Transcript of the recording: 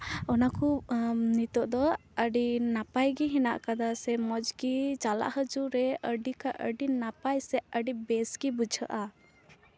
ᱚᱱᱟ ᱠᱚ ᱱᱤᱛᱚᱜ ᱫᱚ ᱟᱹᱰᱤ ᱱᱟᱯᱟᱭ ᱜᱮ ᱦᱮᱱᱟᱜ ᱠᱟᱫᱟ ᱥᱮ ᱢᱚᱡᱽ ᱜᱮ ᱪᱟᱞᱟᱜ ᱦᱟᱹᱡᱩᱜ ᱨᱮ ᱟᱹᱰᱤ ᱠᱷᱟᱱ ᱟᱹᱰᱤ ᱱᱟᱯᱟᱭ ᱥᱮ ᱟᱹᱰᱤ ᱵᱮᱥ ᱜᱮ ᱵᱩᱡᱷᱟᱹᱜᱼᱟ